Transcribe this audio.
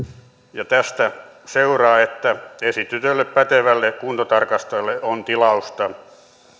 ja tästä seuraa että esitetylle pätevälle kuntotarkastajalle on tilausta